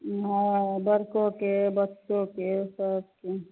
हँअऽ बड़कोके बच्चोके सबके